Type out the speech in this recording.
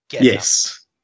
yes